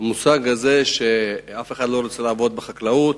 המושג הזה שאף אחד לא רוצה לעבוד בחקלאות,